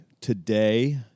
today